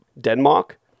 Denmark